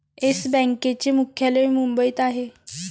yes बँकेचे मुख्यालय मुंबईत आहे